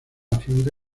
afluente